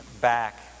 back